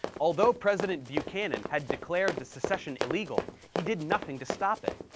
although president buchanan had declared the secession illegal, he did nothing to stop it.